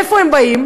מאיפה הם באים?